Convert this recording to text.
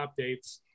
updates